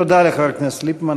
תודה לחבר הכנסת ליפמן.